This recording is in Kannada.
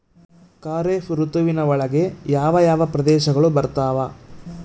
ಖಾರೇಫ್ ಋತುವಿನ ಒಳಗೆ ಯಾವ ಯಾವ ಪ್ರದೇಶಗಳು ಬರ್ತಾವ?